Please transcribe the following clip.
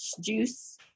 juice